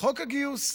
חוק הגיוס,